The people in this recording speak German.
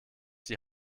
die